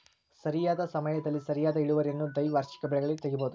ಸರಿಯಾದ ಸಮಯದಲ್ಲಿ ಸರಿಯಾದ ಇಳುವರಿಯನ್ನು ದ್ವೈವಾರ್ಷಿಕ ಬೆಳೆಗಳಲ್ಲಿ ತಗಿಬಹುದು